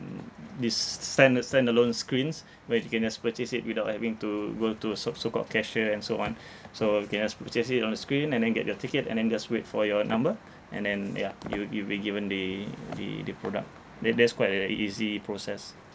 this standa~ standalone screens where you can just purchase it without having to go to a soc~ so called cashier and so on so you can just purchase it on the screen and then get your ticket and then just wait for your number and then ya you you'll be given the the the product that that's quite uh ea~ easy process